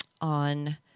on